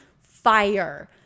fire